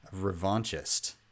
revanchist